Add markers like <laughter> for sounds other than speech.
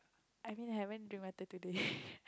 I mean haven't drink water today <laughs>